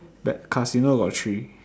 that casino got three